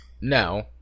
No